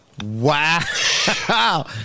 Wow